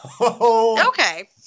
Okay